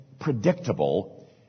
predictable